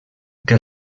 que